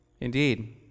Indeed